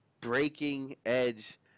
breaking-edge